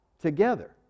together